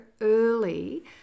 early